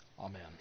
amen